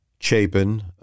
Chapin